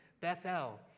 bethel